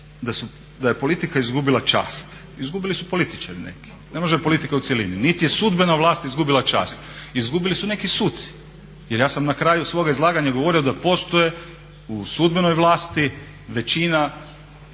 da je politika izgubila čast. Izgubili su političari neki, ne može politika u cjelini. Nit je sudbena izgubila čast, izgubili su neki suci. Jer ja sam na kraju svoga izlaganja govorio da postoje u sudbenoj vlasti većina